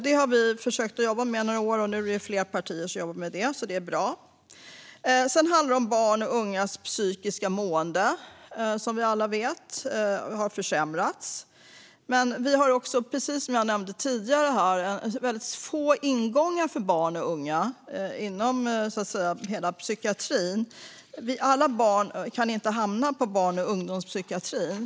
Detta har vi försökt jobba med i några år, och nu är det fler partier som gör det, vilket är bra. Sedan handlar det om att barns och ungas psykiska mående har försämrats, som vi alla vet. Vi har också, precis som jag nämnde tidigare, väldigt få ingångar för barn och unga inom hela psykiatrin. Alla barn kan inte hamna på barn och ungdomspsykiatrin.